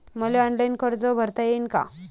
मले ऑनलाईन कर्ज भरता येईन का?